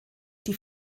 die